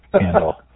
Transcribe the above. handle